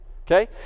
okay